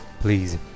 Please